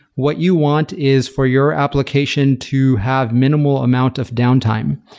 what you want is for your application to have minimal amount of downtime.